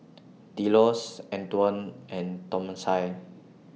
Delos Antwon and Thomasina